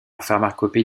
pharmacopée